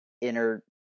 inner